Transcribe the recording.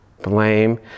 blame